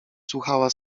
słuchała